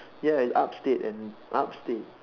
ya it's upstate and upstate